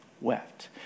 Wept